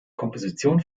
komposition